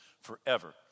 forever